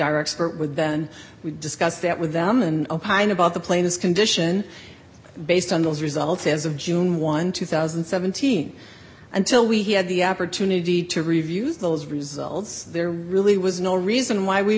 our expert with then we discussed that with them and opine about the plane's condition based on those results as of june one two thousand and seventeen until we had the opportunity to review those results there really was no reason why we